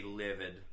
livid